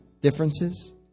differences